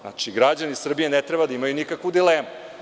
Znači, građani Srbije ne treba da imaju nikakvu dilemu.